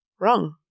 Wrong